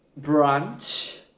brunch